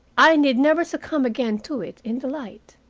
i need never succumb again to it in the light.